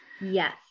Yes